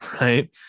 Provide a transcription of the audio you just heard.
Right